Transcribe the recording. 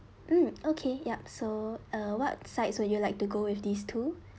mm okay yup so uh what sdes would you like to go with these two